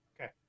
okay